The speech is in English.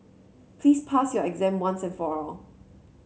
please pass your exam once and for all